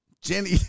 jenny